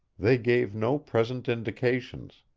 they gave no present indications.